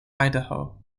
idaho